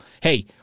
hey